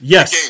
Yes